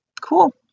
cool